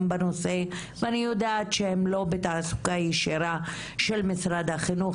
בנושא ואני יודעת שהן לא בתעסוקה ישירה של משרד החינוך,